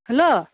hello